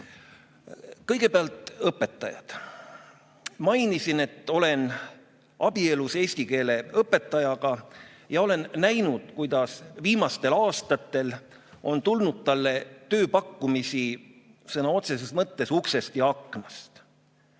Kõigepealt õpetajad. Mainisin, et olen abielus eesti keele õpetajaga. Ma olen näinud, kuidas viimastel aastatel on tulnud talle tööpakkumisi sõna otseses mõttes uksest ja aknast.